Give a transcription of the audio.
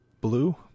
blue